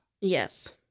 Yes